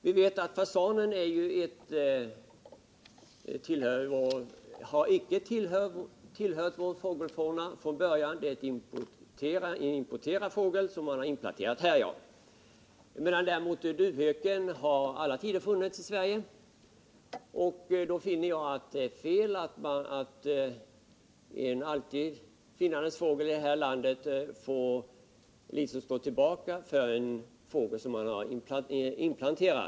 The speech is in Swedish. Vi vet att fasanen icke har tillhört vår fågelfauna från början. Den är en inplanterad fågel, medan duvhöken däremot i alla tider har funnits i Sverige. Jag anser det vara fel att en fågel som alltid har funnits här i landet skall stå tillbaka för en fågel som inplanterats.